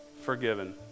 forgiven